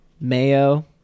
mayo